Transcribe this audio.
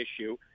issue